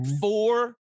four